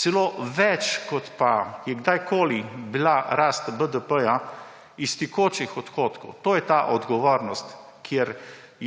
celo več, kot pa je kadarkoli bila rast BDP iz tekočih odhodkov. To je ta odgovornost, ki